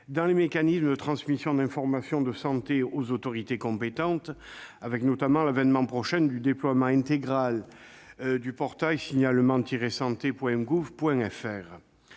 dans les mécanismes de transmission d'informations de santé aux autorités compétentes, avec notamment l'avènement prochain du déploiement intégral du portail signalement-sante.gouv.fr.